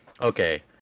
okay